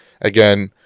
again